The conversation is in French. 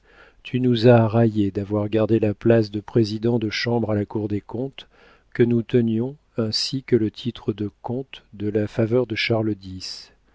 tu nous as raillés d'avoir gardé la place de président de chambre à la cour des comptes que nous tenions ainsi que le titre de comte de la faveur de